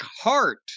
Heart